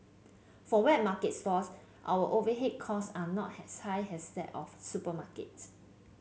for wet market stalls our overhead costs are not as high as that of supermarkets